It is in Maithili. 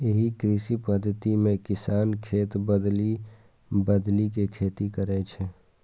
एहि कृषि पद्धति मे किसान खेत बदलि बदलि के खेती करै छै